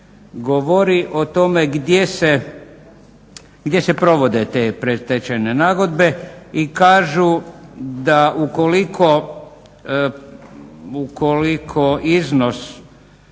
govori o tome gdje se provode te predstečajne nagodbe i kažu da ukoliko iznos